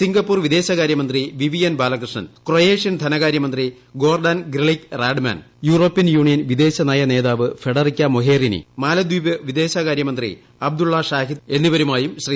Singapore വിദേശകാര്യമന്ത്രി Vivian Balakrishnan Croatian ധനകാര്യമന്ത്രി Gordan Grlic Radman European Union വിദേശനയ നേതാവ് ഫെഡറിക്ക മൊഹേറിനി മാലദ്ധീപ് വിദേശകാര്യമന്ത്രി അബ്ദുള്ള ഷാഹിദ് എന്നിവരുമായും ശ്രൂീ